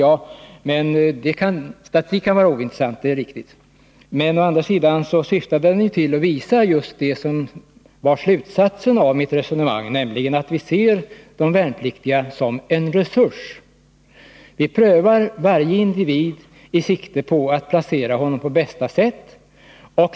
Ja, det är riktigt attstatistik kan vara ointressant. Men å andra sidan syftar den ju till och visar just det som var slutsatsen av mitt resonemang, nämligen att vi ser de värnpliktiga som en resurs. Vi prövar varje individ med sikte på att placera Nr 26 honom på bästa sätt.